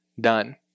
done